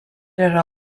yra